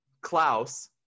Klaus –